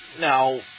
Now